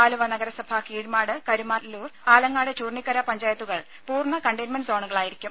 ആലുവ നഗരസഭ കീഴ്മാട് കരുമാല്ലൂർ ആലങ്ങാട് ചൂർണിക്കര പഞ്ചായത്തുകൾ പൂർണ്ണ കണ്ടെയ്ൻമെന്റ് സോണുകളായിരിക്കും